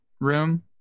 room